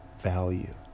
value